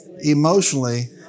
emotionally